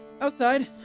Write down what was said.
Outside